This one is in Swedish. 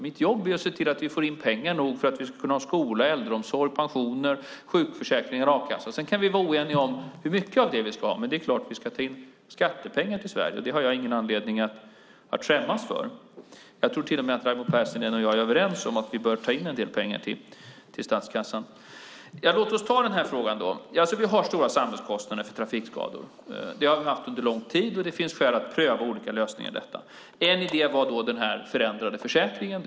Mitt jobb är att se till att vi får in pengar nog för att vi ska kunna ha skola, äldreomsorg, pensioner, sjukförsäkringar och a-kassa. Sedan kan vi vara oeniga om hur mycket av detta vi ska ha, men det är klart att vi ska ta in skattepengar till Sverige. Det har jag ingen anledning att skämmas för. Jag tror till och med att Raimo Pärssinen och jag är överens om att vi bör ta in en del pengar till statskassan. Låt oss ta denna fråga. Vi har stora samhällskostnader för trafikskador. Det har vi haft under lång tid, och det finns skäl att pröva olika lösningar för detta. En idé var den förändrade försäkringen.